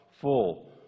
full